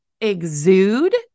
exude